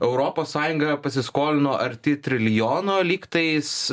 europos sąjunga pasiskolino arti trilijono lygtais